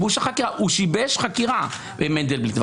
הוא שיבש חקירה, מנדלבליט.